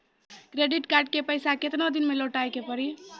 Credit card के पैसा केतना दिन मे लौटाए के पड़ी?